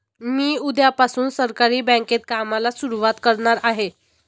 मी उद्यापासून सहकारी बँकेत कामाला सुरुवात करणार आहे